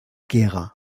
gera